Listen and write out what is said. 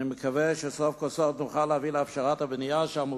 אני מקווה שסוף כל סוף נוכל להביא להפשרת הבנייה שם,